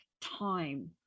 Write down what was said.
time